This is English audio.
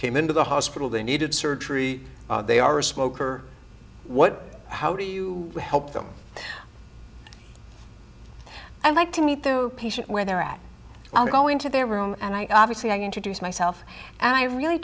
came into the hospital they needed surgery they are a smoker what how do you help them i'd like to meet the patient where they're at and go into their room and i obviously i introduce myself and i really